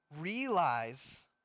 realize